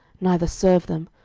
neither serve them,